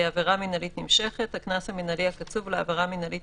עבירה מינהלית נמשכת.הקנס המינהלי הקצוב לעבירה מינהלית